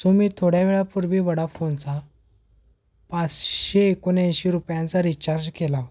so मी थोड्या वेळापूर्वी वडाफोनचा पाचशे एकोणऐंशी रुपयांचा रिचार्ज केला